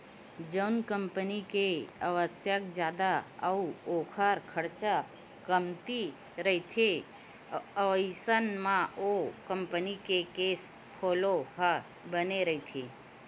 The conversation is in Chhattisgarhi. जउन कंपनी के आवक जादा अउ ओखर खरचा कमती रहिथे अइसन म ओ कंपनी के केस फ्लो ह बने रहिथे